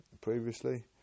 previously